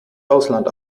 ausland